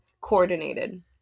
coordinated